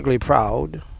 proud